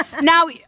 Now